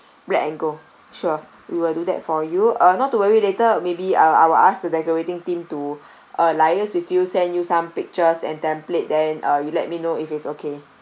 black and gold sure we will do that for you uh not to worry later maybe I'll I will ask the decorating team to uh liaise with you send you some pictures and template then uh you let me know if it's okay